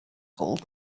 gold